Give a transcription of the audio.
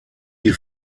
die